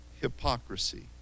hypocrisy